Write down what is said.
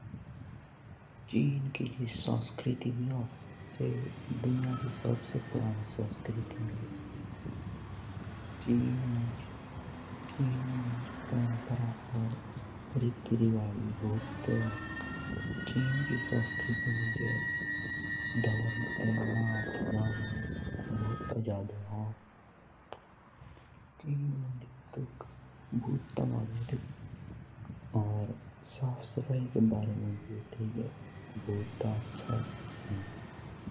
जो चीन की जो संस्कृती बि ओ सो सद्से पुरानी संस्कृती हों। ओर चीन मुँज परंपरा ओर रीत्ति रिवाज भी भूतें हों। जो चीन की संस्कृती मुँज धर्म, नाच गाना एतुक भूतों महेताव देओं। ओर साफ सफाई के बारे मुँज भी तेईके बड़िया हों